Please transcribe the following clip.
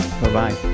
Bye-bye